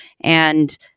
and-